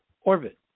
orbit